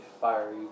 fiery